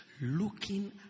looking